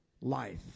life